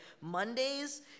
Mondays